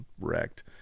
wrecked